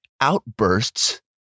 outbursts